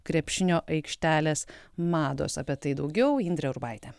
krepšinio aikštelės mados apie tai daugiau indrė urbaitė